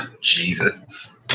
Jesus